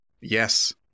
Yes